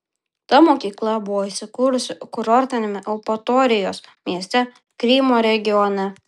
ta mokykla buvo įsikūrusi kurortiniame eupatorijos mieste krymo regione